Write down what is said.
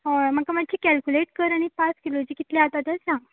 हॉय म्हाका मातशी कॅलकुलेट कर आनी पांच किलोचे कितले आता तें सांग